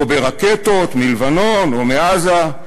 או הרקטות מלבנון או מעזה,